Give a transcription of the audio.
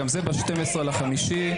גם זה ב-12 במאי,